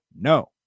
no